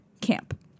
camp